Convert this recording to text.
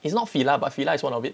it's not Fila but Fila is one of it